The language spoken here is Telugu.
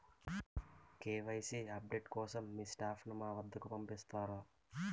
కే.వై.సీ అప్ డేట్ కోసం మీ స్టాఫ్ ని మా వద్దకు పంపిస్తారా?